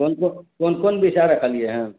कोन कोन कोन कोन विषय रखलियैए